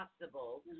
possible